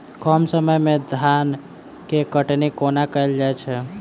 कम समय मे धान केँ कटनी कोना कैल जाय छै?